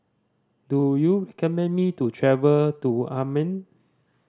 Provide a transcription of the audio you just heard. do you recommend me to travel to Amman